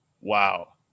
Wow